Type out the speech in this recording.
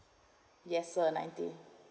yes sir ninety